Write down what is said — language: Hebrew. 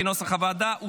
כנוסח הוועדה,